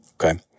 okay